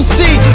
see